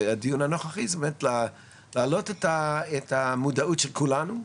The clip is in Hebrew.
והדיון הנוכחי זה באמת להעלות את המודעות של כולנו,